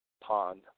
Pond